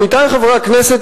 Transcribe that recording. עמיתי חברי הכנסת,